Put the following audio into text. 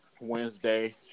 Wednesday